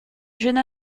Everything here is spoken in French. jeune